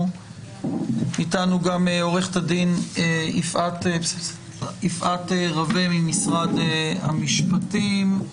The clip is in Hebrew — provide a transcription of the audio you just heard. עורכת הדין יפעת רווה ממשרד המשפטים,